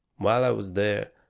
while i was there,